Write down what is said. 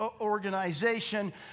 organization